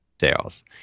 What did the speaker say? sales